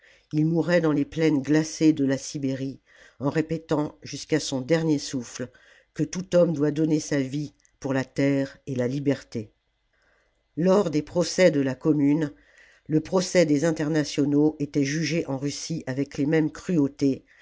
il mourait dans les plaines glacées de la sibérie en répétant jusqu'à son dernier souffle que tout homme doit donner sa vie pour la terre et la liberté la commune lors des progrès de la commune le procès des internationaux était jugé en russie avec les mêmes cruautés